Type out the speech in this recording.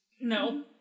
No